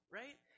right